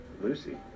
Lucy